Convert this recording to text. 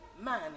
man